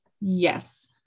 Yes